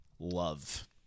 Love